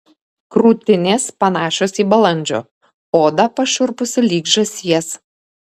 krūtinės panašios į balandžio oda pašiurpusi lyg žąsies